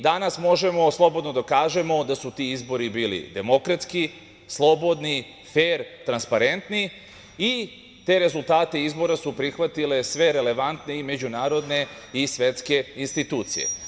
Danas možemo slobodno da kažemo da su ti izbori bili demokratski, slobodni, fer, transparentni i te rezultate izbora su prihvatile sve relevantne i međunarodne i svetske institucije.